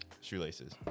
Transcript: shoelaces